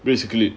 basically